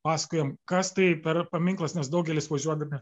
pasakojam kas tai per paminklas nes daugelis važiuodami